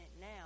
now